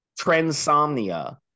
transomnia